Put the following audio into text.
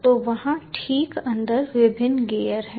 तो वहाँ ठीक अंदर विभिन्न गियर हैं